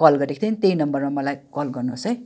call गरेको थिएँ नि त्यही नम्बरमा मलाई कल गर्नुहास् है